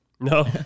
No